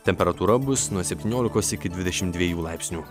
temperatūra bus nuo septyniolikos iki dvidešimt dviejų laipsnių